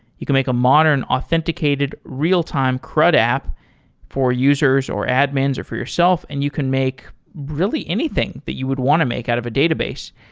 you can make a modern, authenticated, real-time cred app for users or admins or for yourself and you can make really anything that you would want to make out of a database,